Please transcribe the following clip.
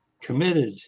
committed